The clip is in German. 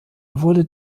wurde